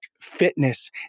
Fitness